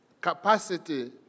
capacity